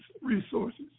resources